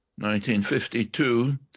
1952